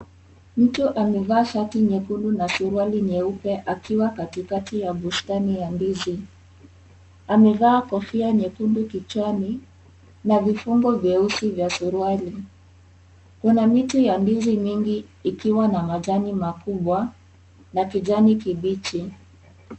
Mtu amevaa shati nyekundu na suruali nyeupe akiwa katikati ya bustani ya ndizi, amevaa kofia nyekundu kichwani na vifungo vyeusi vya suruali, kuna miti ya ndizi mingi ikiwa na machani makubwa na kijani kibichi.